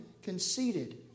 Conceited